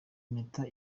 mpeta